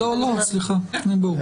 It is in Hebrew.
לא, לא, תודה רבה.